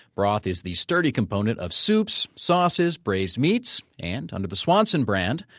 broth is the sturdy component of soups, sauces, braised meats, and, under the swanson brand,